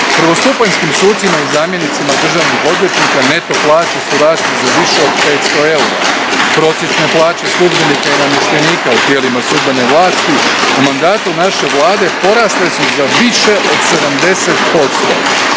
Prvostupanjskim sucima i zamjenicima državnih odvjetnika neto plaće su rasle za više od 500 eura. Prosječne plaća službenika i namještenika u tijelima sudbene vlasti u mandatu naše Vlade porasle su za više od 70%,